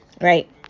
right